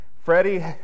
Freddie